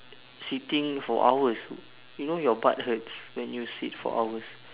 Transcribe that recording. sitting for hours you know your butt hurts when you sit for hours